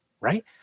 right